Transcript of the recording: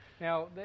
Now